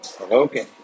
okay